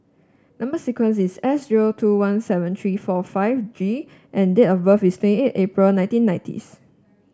number sequence is S zero two one seven three four five G and date of birth is twenty eight April nineteen nineties